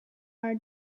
are